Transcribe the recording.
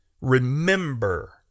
remember